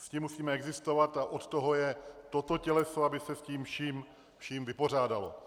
S tím musíme existovat a od toho je toto těleso, aby se s tím vším vypořádalo.